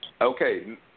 Okay